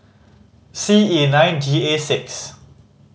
C E nine G A six